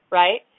right